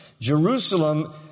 Jerusalem